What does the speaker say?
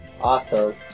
awesome